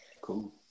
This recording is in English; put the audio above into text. Cool